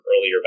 earlier